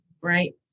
right